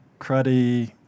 cruddy